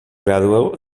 graduó